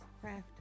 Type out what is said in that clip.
craft